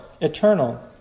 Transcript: eternal